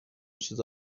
چیزو